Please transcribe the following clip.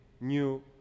New